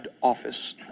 office